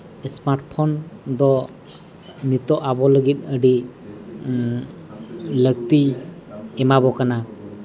smart phone ᱫᱚ ᱱᱤᱛᱳᱜ ᱟᱵᱚ ᱞᱟᱹᱜᱤᱫ ᱟᱹᱰᱤ ᱞᱟᱹᱠᱛᱤ ᱮᱢᱟ ᱵᱚ ᱠᱟᱱᱟ